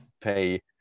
pay